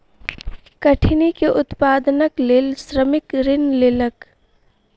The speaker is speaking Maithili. कठिनी के उत्पादनक लेल श्रमिक ऋण लेलक